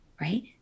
Right